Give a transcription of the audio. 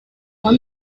one